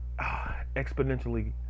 exponentially